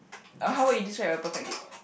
uh how would you describe a perfect date